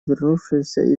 вернувшаяся